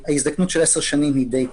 ההזדקנות של עשר שנים היא די פתירה.